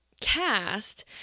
cast